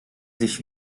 sich